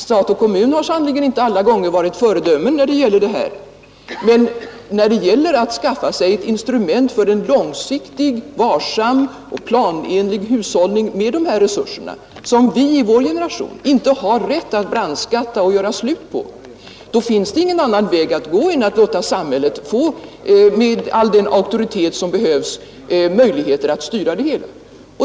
Stat och kommun har sannerligen inte alla gånger varit föredömen i dessa sammanhang. Men när det gäller att skaffa sig ett instrument för en långsiktig, varsam och planenlig hushållning med dessa resurser, som vi i vår generation inte har rätt att brandskatta och göra slut på, finns det inte någon annan väg att gå än att låta samhället med all den auktoritet som behövs få möjligheter att styra det hela.